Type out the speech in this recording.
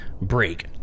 break